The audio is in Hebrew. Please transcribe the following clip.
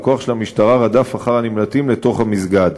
וכוח של המשטרה רדף אחר הנמלטים לתוך המסגד.